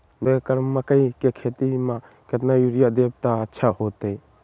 दो एकड़ मकई के खेती म केतना यूरिया देब त अच्छा होतई?